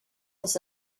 this